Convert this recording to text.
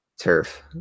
turf